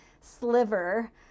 sliver